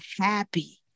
happy